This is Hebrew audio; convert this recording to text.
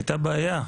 הייתה בעיה,